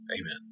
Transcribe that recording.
Amen